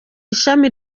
ishami